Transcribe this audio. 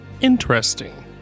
Interesting